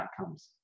outcomes